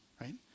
right